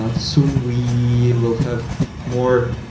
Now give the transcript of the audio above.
ah soon we will have more